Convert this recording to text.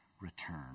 return